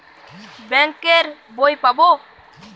Bank এর বই পাবো?